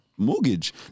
mortgage